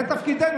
זה תפקידנו.